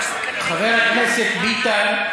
חבר הכנסת ביטן,